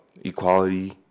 equality